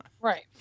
Right